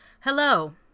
Hello